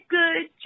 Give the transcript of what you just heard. good